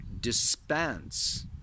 dispense